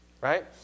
right